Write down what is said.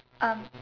um